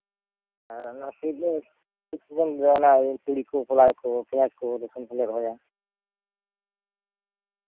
ᱟᱨ ᱚᱱᱟ ᱪᱮᱫ ᱪᱮᱫ ᱠᱚᱠᱚ ᱞᱟᱹᱭᱟ ᱚᱱᱟ ᱛᱩᱲᱤ ᱠᱚ ᱠᱚᱞᱟᱭ ᱠᱚ ᱯᱮᱸᱭᱟᱡᱽ ᱠᱚ ᱨᱚᱥᱩᱱ ᱠᱚᱞᱮ ᱨᱚᱦᱚᱭᱟ